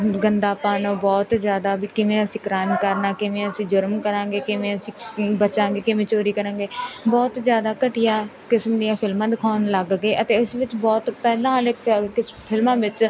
ਗੰਦਾਪਣ ਬਹੁਤ ਜ਼ਿਆਦਾ ਵੀ ਕਿਵੇਂ ਅਸੀਂ ਕਰਾਈਮ ਕਰਨਾ ਕਿਵੇਂ ਅਸੀਂ ਜੁਰਮ ਕਰਾਂਗੇ ਕਿਵੇਂ ਅਸੀਂ ਬਚਾਂਗੇ ਕਿਵੇਂ ਚੋਰੀ ਕਰਾਂਗੇ ਬਹੁਤ ਜ਼ਿਆਦਾ ਘਟੀਆ ਕਿਸਮ ਦੀਆਂ ਫਿਲਮਾਂ ਦਿਖਾਉਣ ਲੱਗ ਗਏ ਅਤੇ ਇਸ ਵਿੱਚ ਬਹੁਤ ਪਹਿਲਾਂ ਵਾਲੇ ਫਿਲਮਾਂ ਵਿੱਚ